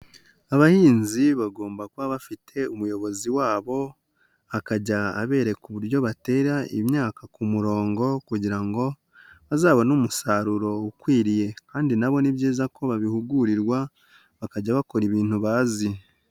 Abahinzi bagomba kuba bafite umuyobozi wabo, akajya abereka uburyo batera imyaka ku murongo kugira ngo bazabone umusaruro ukwiriye kandi na bo ni byiza ko babihugurirwa, bakajya bakora ibintu bazi.